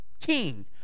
king